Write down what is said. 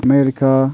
America